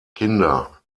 kinder